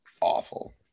Awful